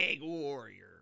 Warrior